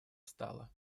встала